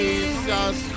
Jesus